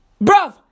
Bro